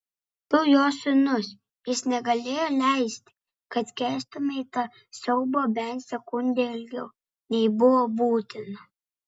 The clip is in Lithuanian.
tu jo sūnus jis negalėjo leisti kad kęstumei tą siaubą bent sekundę ilgiau nei buvo būtina